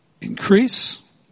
increase